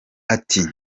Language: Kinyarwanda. ati